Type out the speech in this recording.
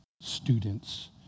students